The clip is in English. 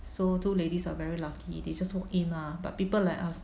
so two ladies are very lucky they just walk in ah but people like us